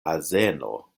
azeno